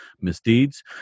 misdeeds